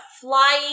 flying